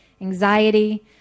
anxiety